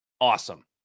awesome